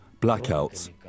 blackouts